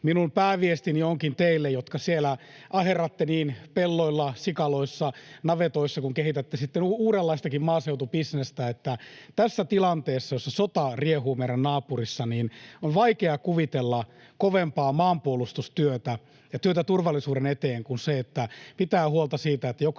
minun pääviestini onkin teille, jotka niin aherratte siellä pelloilla, sikaloissa ja navetoissa kuin kehitätte sitten uudenlaistakin maaseutubisnestä, että tässä tilanteessa, jossa sota riehuu meidän naapurissa, on vaikea kuvitella kovempaa maanpuolustustyötä ja työtä turvallisuuden eteen kuin se, että pitää huolta siitä, että